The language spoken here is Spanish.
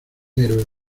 héroe